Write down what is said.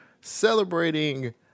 celebrating